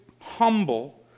humble